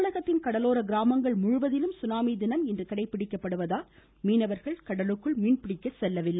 தமிழகத்தின் கடலோர கிராமங்கள் முழுவதிலும் சுனாமி தினம் இன்று கடைபிடிக்கப்படுவதால் மீனவா்கள் யாரும் கடலுக்குள் மீன்பிடிக்க செல்லவில்லை